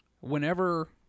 Whenever